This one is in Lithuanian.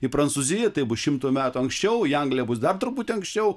į prancūziją tai bus šimtu metų anksčiau į angliją bus dar truputį anksčiau